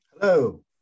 Hello